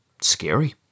Scary